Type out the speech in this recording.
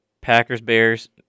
Packers-Bears